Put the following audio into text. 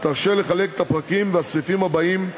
תרשה לחלק את הפרקים והסעיפים הבאים,